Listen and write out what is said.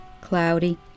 cloudy